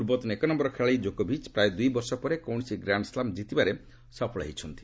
ପୂର୍ବତନ ଏକ ନମ୍ଘର ଖେଳାଳି ଜୋକୋଭିଚ୍ ପ୍ରାୟ ଦୁଇ ବର୍ଷ ପରେ କୌଣସି ଗ୍ରାଣ୍ଡସ୍ଲାମ୍ କିତିବାରେ ସଫଳ ହୋଇଛନ୍ତି